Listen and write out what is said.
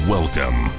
Welcome